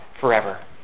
forever